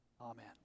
amen